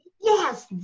yes